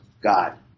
God